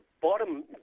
bottom